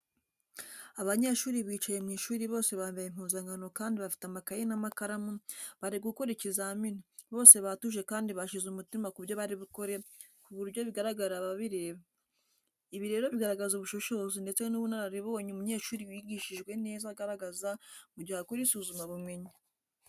Abanyeshuri bicaye mu ishuri bose bambaye impuzankano kandi bafite amakayi n'amakaramu, bari gukora ikizamini, bose batuje kandi bashyize umutima ku byo bari bukora k'uburyo bigaragarira ababareba. Ibi rero bigaragaza ubushishozi ndetse n'ubunararibonye umunyeshuri wigishijwe neza agaragaza mu gihe akora isuzumabumenyi.